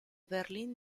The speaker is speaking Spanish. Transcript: berlín